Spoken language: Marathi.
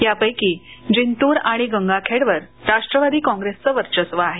यापैकी जिंतूर आणि गंगाखेडवर राष्ट्रवादीकाँप्रेसचं वर्चस्व आहे